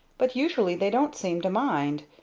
but usually they don't seem to mind.